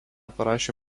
parašė